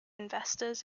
investors